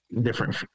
different